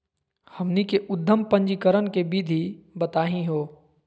हमनी के उद्यम पंजीकरण के विधि बताही हो?